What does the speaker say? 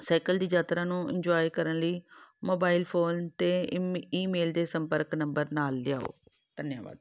cycle ਦੀ ਯਾਤਰਾ ਨੂੰ ਇਨਜੋਏ ਕਰਨ ਲਈ ਮੋਬਾਈਲ ਫੋਨ ਅਤੇ ਈਮ ਈਮੇਲ ਦੇ ਸੰਪਰਕ ਨੰਬਰ ਨਾਲ ਲਿਆਓ ਧੰਨਵਾਦ